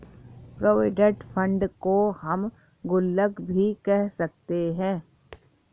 provident fund को हम गुल्लक भी कह सकते हैं